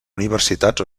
universitats